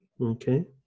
Okay